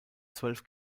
zwölf